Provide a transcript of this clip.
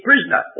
prisoner